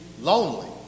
lonely